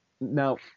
Now